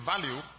value